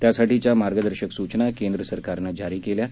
त्यासाठीच्या मार्गदर्शक सुचना केंद्र सरकारनं जारी केल्या आहेत